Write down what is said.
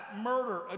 murder